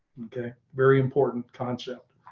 okay. very important concept.